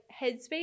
headspace